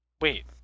Wait